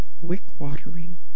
wick-watering